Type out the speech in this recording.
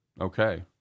Okay